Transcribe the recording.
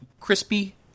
crispy